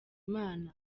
imana